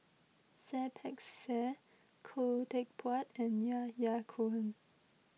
Seah Peck Seah Khoo Teck Puat and Yahya Cohen